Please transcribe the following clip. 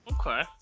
Okay